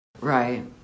right